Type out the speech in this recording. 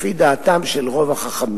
לפי דעתם של רוב החכמים.